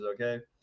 okay